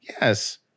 Yes